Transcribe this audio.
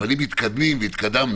אבל השאלה האם מתקדמים והקדמנו.